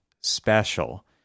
special